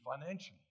financially